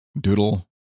doodle